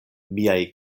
miaj